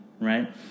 right